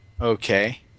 Okay